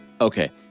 Okay